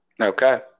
Okay